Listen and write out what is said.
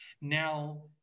Now